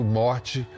morte